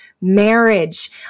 marriage